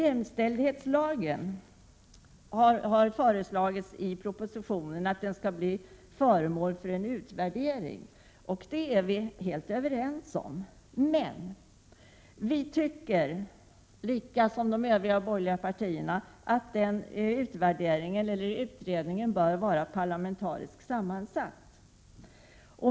I propositionen föreslås att jämställdhetslagen skall bli föremål för utvärdering, och det är vi överens om, men alla borgerliga partier anser att arbetsgruppen bör vara parlamentariskt sammansatt.